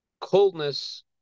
coldness